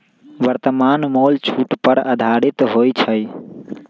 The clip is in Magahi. वर्तमान मोल छूट पर आधारित होइ छइ